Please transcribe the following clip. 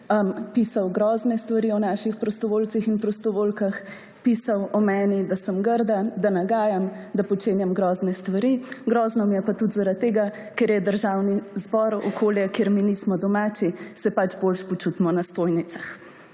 pisal grozne stvari o naših prostovoljcih in prostovoljkah, pisal o meni, da sem grda, da nagajam, da počenjam grozne stvari. Grozno mi je pa tudi zaradi tega, ker je Državni zbor okolje, kjer mi nismo domači − se pač bolje počutimo na stojnicah.